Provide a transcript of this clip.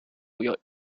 will